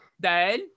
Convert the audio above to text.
Dell